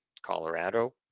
Colorado